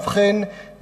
ובכן,